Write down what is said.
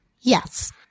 Yes